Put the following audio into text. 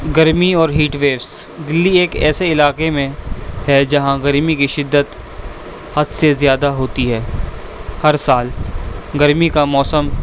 گرمی اور heat waves Delhi ایک ایسے علاقے میں ہے جہاں گرمی کی شدت حد سے زیادہ ہوتی ہے ہر سال گرمی کا موسم